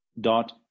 dot